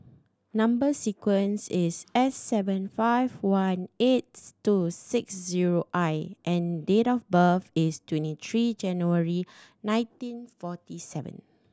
number sequence is S seven five one eights two six zero I and date of birth is twenty three January nineteen forty seven